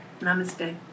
Namaste